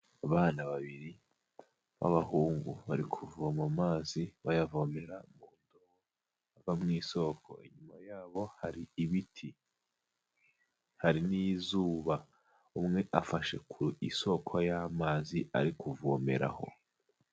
Abana babiri b'abahungu bari kuvoma amazi bayavomera mu ndobo ava mu isoko, inyuma yabo hari ibiti hari n'izuba, umwe afashe ku isoko y'amazi ari kuvomeraho.